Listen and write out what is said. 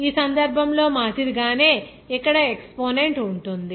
ఈ సందర్భంలో మాదిరిగానే ఇక్కడ ఎక్సపోనెంట్ ఉంటుంది